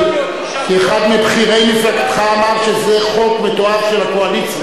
כי אחד מבכירי מפלגתך אמר שזה חוק מתועב של הקואליציה.